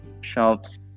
shops